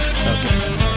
Okay